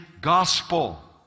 gospel